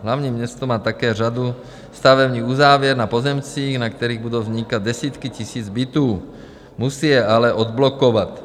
Hlavní město má také řadu stavebních uzávěr na pozemcích, na kterých budou vznikat desítky tisíc bytů, musí je ale odblokovat.